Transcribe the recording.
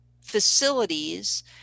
facilities